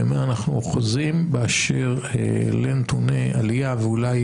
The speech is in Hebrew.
במה אנחנו אוחזים באשר לנתוני עלייה ואולי